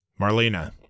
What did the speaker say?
Marlena